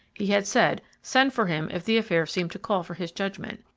he had said, send for him if the affair seemed to call for his judgment,